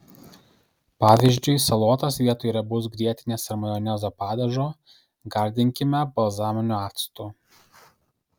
pavyzdžiui salotas vietoj riebaus grietinės ar majonezo padažo gardinkime balzaminiu actu